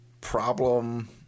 problem